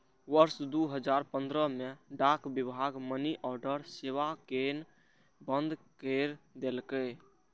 वर्ष दू हजार पंद्रह मे डाक विभाग मनीऑर्डर सेवा कें बंद कैर देलकै